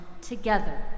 together